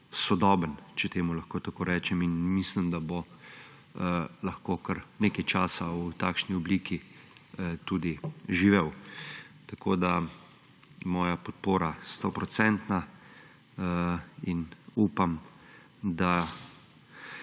sodoben, če temu lahko tako rečem. In mislim, da bo lahko kar nekaj časa v takšni obliki tudi živel. Moja podpora je stoodstotna in upam, da